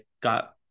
got